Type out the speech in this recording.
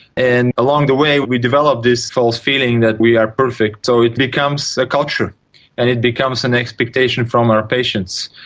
and along the way we develop this false feeling that we are perfect, so it becomes a culture and it becomes an expectation from our patients,